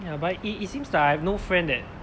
ya but it it seems that I have no friend that